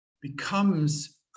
becomes